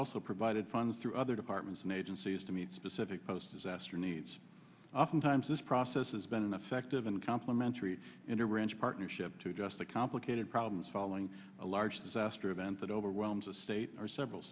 also provided funds through other departments and agencies to meet specific post disaster needs oftentimes this process has been affective uncomplimentary in a ranch partnership to address the complicated problems following a large disaster event that overwhelms a state or several